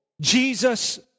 Jesus